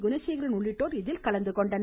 குணசேகரன் உள்ளிட்டோர் இதில் கலந்துகொண்டனர்